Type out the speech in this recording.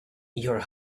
your